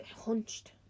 hunched